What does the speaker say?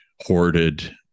hoarded